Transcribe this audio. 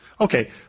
Okay